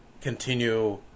continue